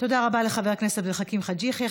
תודה רבה לחבר הכנסת אל-חכים חאג' יחיא.